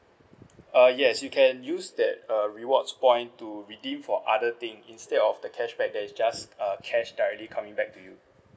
uh yes you can use that uh rewards point to redeem for other thing instead of the cashback that is just uh cash directly coming back to you